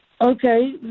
Okay